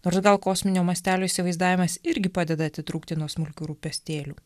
nors gal kosminio mastelio įsivaizdavimas irgi padeda atitrūkti nuo smulkių rūpestėlių